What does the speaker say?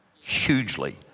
hugely